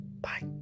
bye